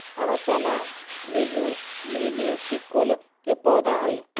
हरा चना लेज्युमिनेसी कुल के पौधा हई